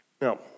Now